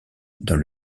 dans